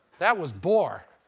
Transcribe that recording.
that was bohr.